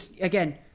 Again